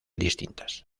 distintas